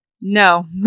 no